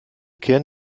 kern